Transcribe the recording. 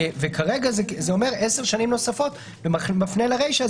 וכרגע זה אומר עשר שנים נוספות ומפנה לרישא,